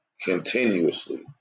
continuously